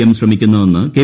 M ശ്രമിക്കുന്നതെന്ന് K